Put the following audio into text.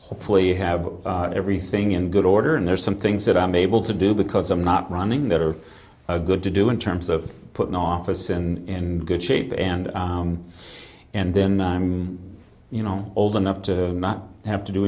hopefully have everything in good order and there are some things that i'm able to do because i'm not running that are good to do in terms of putting office in good shape and and then i'm you know old enough to not have to do